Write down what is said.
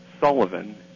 Sullivan